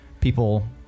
people